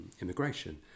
immigration